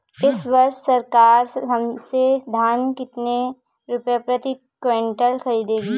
इस वर्ष सरकार हमसे धान कितने रुपए प्रति क्विंटल खरीदेगी?